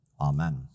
Amen